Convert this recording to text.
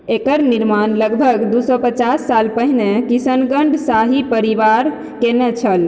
एकर निर्माण लगभग दू सओ पचास साल पहिने किशनगढ़ शाही परिवार केने छल